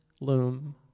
loom